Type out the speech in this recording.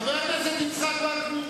חבר הכנסת יצחק וקנין.